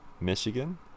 Michigan